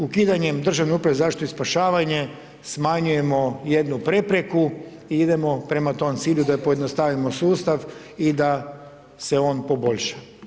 Ukidanjem Državne uprave za zaštitu i spašavanje smanjujemo jednu prepreku i idemo prema tom cilju da pojednostavimo sustav i da se on poboljša.